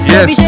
Yes